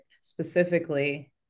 specifically